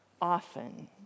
often